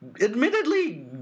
admittedly